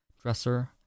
dresser